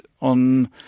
on